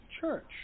church